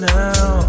now